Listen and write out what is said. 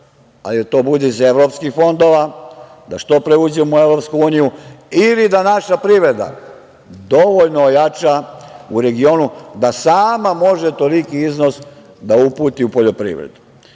ali da to bude iz evropskih fondova, da što pre uđemo u EU ili da naša privreda dovoljno ojača u regionu, da sama može toliki iznos da uputi u poljoprivredu. Mi